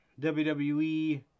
WWE